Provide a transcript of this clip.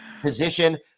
position